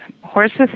horses